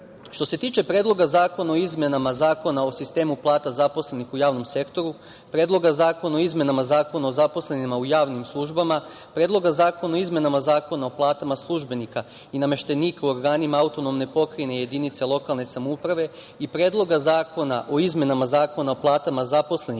se tiče Predloga zakona o izmenama Zakona o sistemu plata zaposlenih u javnom sektoru, Predloga zakona o izmenama Zakona o zaposlenima u javnim službama, Predloga zakona o izmenama Zakona o platama službenika i nameštenika u organima AP, jedinice lokalne samouprave i Predloga zakona o izmenama Zakona o platama zaposlenih